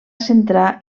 centrar